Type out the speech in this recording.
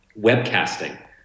webcasting